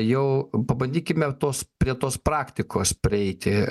jau pabandykime tos prie tos praktikos prieiti